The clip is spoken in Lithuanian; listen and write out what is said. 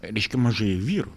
reiškia mažai vyrų